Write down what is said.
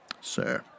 Sir